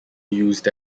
used